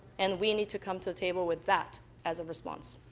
and we need to come to the table with that as a response.